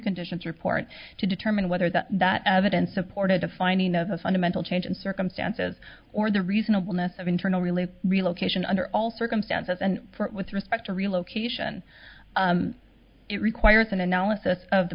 conditions report to determine whether that that evidence supported a finding of a fundamental change in circumstances or the reasonableness of internal release relocation under all circumstances and with respect to relocation it requires an analysis of the